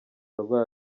arwaye